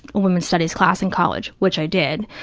a women's studies class in college, which i did,